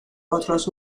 otros